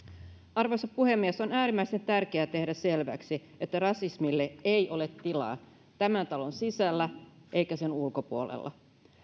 arvoisa puhemies on äärimmäisen tärkeää tehdä selväksi että rasismille ei ole tilaa tämän talon sisällä eikä sen ulkopuolella